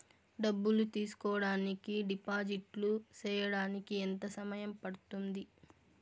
డబ్బులు తీసుకోడానికి డిపాజిట్లు సేయడానికి ఎంత సమయం పడ్తుంది